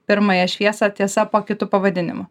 pirmąją šviesą tiesa po kitu pavadinimu